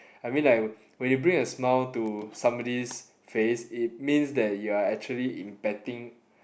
I mean like when you bring a smile to somebody's face it means that you are actually impacting